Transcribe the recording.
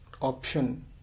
option